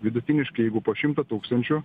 vidutiniškai jeigu po šimtą tūkstančių